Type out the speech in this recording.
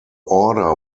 order